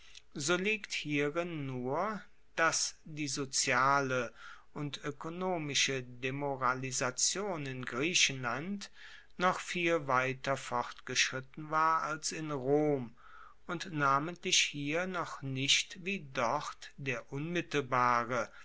so liegt hierin nur dass die soziale und oekonomische demoralisation in griechenland noch viel weiter vorgeschritten war als in rom und namentlich hier noch nicht wie dort der unmittelbare